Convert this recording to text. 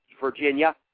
Virginia